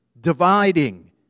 dividing